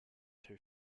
too